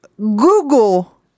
Google